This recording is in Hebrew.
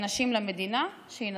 "שיינשאו".